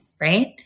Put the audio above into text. Right